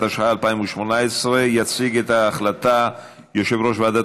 התשע"ח 2018. יציג את ההחלטה יושב-ראש ועדת